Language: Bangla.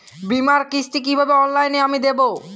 বীমার কিস্তি কিভাবে অনলাইনে আমি দেবো?